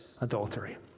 adultery